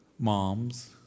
Moms